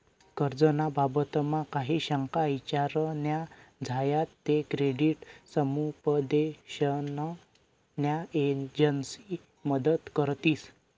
कर्ज ना बाबतमा काही शंका ईचार न्या झायात ते क्रेडिट समुपदेशन न्या एजंसी मदत करतीस